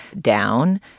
down